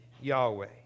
Yahweh